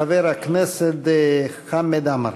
חבר הכנסת חמד עמאר.